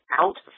out